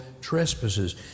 trespasses